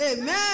Amen